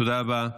תודה רבה.